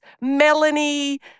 Melanie